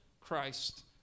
Christ